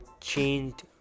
changed